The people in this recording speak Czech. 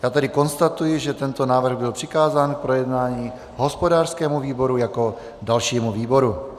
Já tedy konstatuji, že tento návrh byl přikázán k projednání hospodářskému výboru jako dalšímu výboru.